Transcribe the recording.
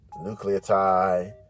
nucleotide